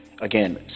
Again